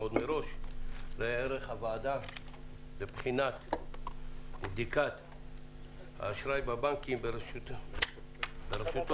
מראש דרך הוועדה מבחינת בדיקת האשראי בבנקים בראשותו